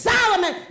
Solomon